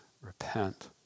Repent